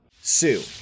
sue